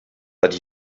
but